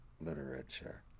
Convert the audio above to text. literature